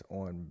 on